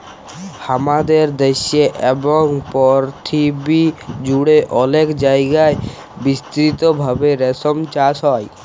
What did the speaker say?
হামাদের দ্যাশে এবং পরথিবী জুড়ে অলেক জায়গায় বিস্তৃত ভাবে রেশম চাস হ্যয়